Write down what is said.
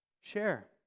Share